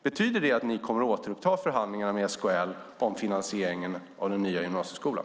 Betyder det att ni kommer att återuppta förhandlingarna med SKL om finansieringen av den nya gymnasieskolan?